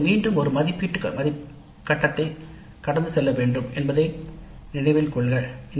ஆனால் இது மீண்டும் ஒரு மதிப்பீட்டு மதிப்பீட்டைக் கடந்து செல்ல வேண்டும் என்பதை நினைவில் கொள்க